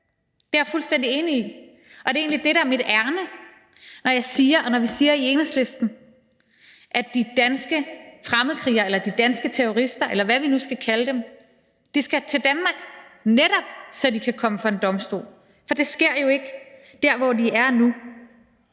Det er jeg fuldstændig enig i. Og det er egentlig det, der er mit ærinde, når jeg siger og vi siger i Enhedslisten, at de danske fremmedkrigere – eller de danske terrorister, eller hvad vi nu skal kalde dem – skal til Danmark, så de netop kan komme for en domstol, for det sker jo ikke der, hvor de er nu.